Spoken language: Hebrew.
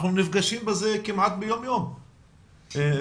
אנחנו נפגשים בזה כמעט ביום-יום ואנחנו